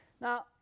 Now